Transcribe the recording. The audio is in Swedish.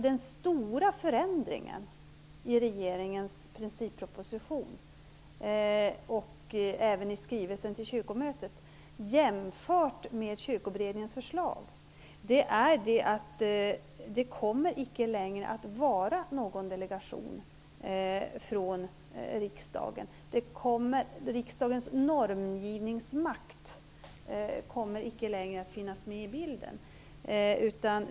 Den stora förändringen i regeringens principproposition och även i skrivelsen till kyrkomötet jämfört med Kyrkoberedningens förslag är att det icke längre kommer att finnas någon delegation från riksdagen. Riksdagens normgivningsmakt kommer icke längre att finnas med i bilden.